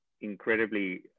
incredibly